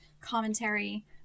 commentary